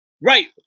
Right